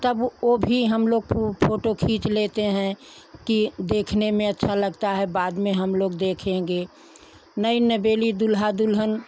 तब ओ भी हम लोग फोटो खींच लेते हैं कि देखने में अच्छा लगता है बाद में हम लोग देखेंगे नई नवेली दूल्हा दुल्हन